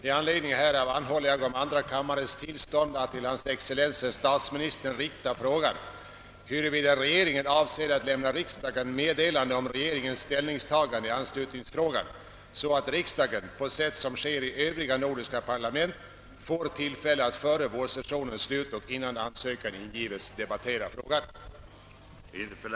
I anledning härav anhåller jag om andra kammarens tillstånd att till hans excellens herr statsministern rikta frågan huruvida regeringen avser att lämna riksdagen meddelande om regeringens ställningstagande i anslutningsfrågan, så att riksdagen — på sätt som sker i Öövriga nordiska parlament — får tillfälle att före vårsessionens slut och innan ansökan ingives debattera frågan.